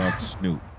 Snoop